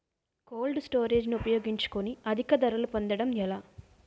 Cold storage ని ఉపయోగించుకొని అధిక ధరలు పొందడం ఎలా?